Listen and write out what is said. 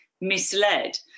misled